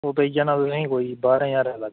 ओह् पेई जाना तुसें ई कोई बारें ज्हारें तक्कर